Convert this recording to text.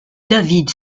david